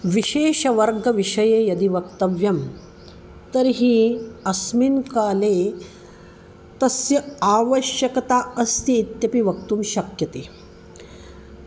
विशेषवर्गविषये यदि वक्तव्यं तर्हि अस्मिन् काले तस्य आवश्यकता अस्ति इत्यपि वक्तुं शक्यते